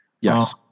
Yes